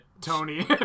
Tony